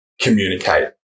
communicate